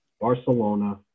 Barcelona